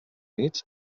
nits